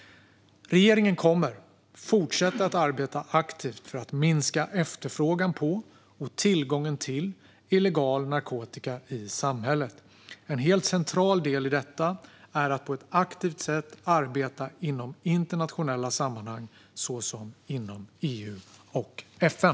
Regeringen kommer att fortsätta att arbeta aktivt för att minska efterfrågan på och tillgången till illegal narkotika i samhället, En helt central del i detta är att på ett aktivt sätt arbeta inom internationella sammanhang såsom inom EU och FN.